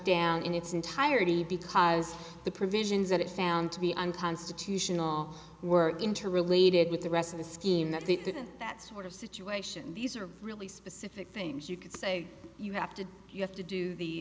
down in its entirety because the provisions that it found to be unconstitutional were interrelated with the rest of the scheme that the that sort of situation these are really specific things you could say you have to you have to do the